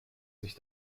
sich